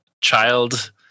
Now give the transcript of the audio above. child